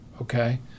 Okay